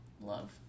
love